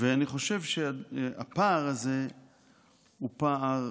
ואני חושב שהפער הזה הוא פער